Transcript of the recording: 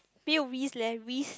没有 risk leh risk